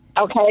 Okay